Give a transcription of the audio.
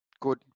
good